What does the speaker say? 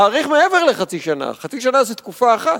להאריך מעבר לחצי שנה, חצי שנה זה תקופה אחת,